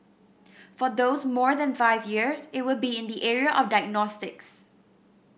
for those more than five years it would be in the area of diagnostics